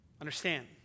understand